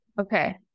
Okay